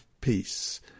peace